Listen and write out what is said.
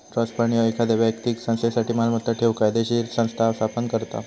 trust fund ह्यो एखाद्यो व्यक्तीक संस्थेसाठी मालमत्ता ठेवूक कायदोशीर संस्था स्थापन करता